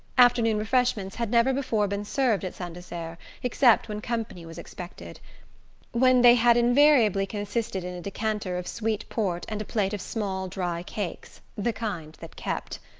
afternoon refreshments had never before been served at saint desert except when company was expected when they had invariably consisted in a decanter of sweet port and a plate of small dry cakes the kind that kept.